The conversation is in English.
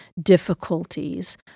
difficulties